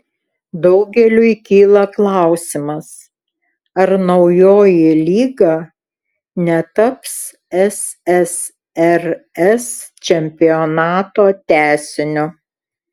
daugeliui kyla klausimas ar naujoji lyga netaps ssrs čempionato tęsiniu